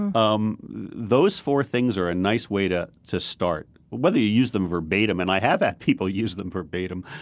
um those four things are a nice way to to start, whether you use them verbatim. and i have had people use them verbatim,